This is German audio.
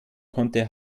konnte